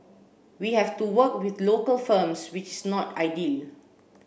we have to work with the local firms which is not ideal